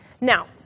Now